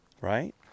right